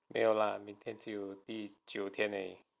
没有啦明天就第九天而已